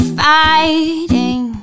fighting